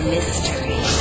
Mystery